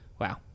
Wow